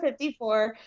54